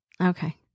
Okay